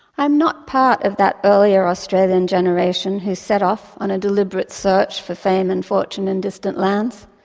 i am not part of that earlier australian generation who set off on a deliberate search for fame and fortune in distant lands.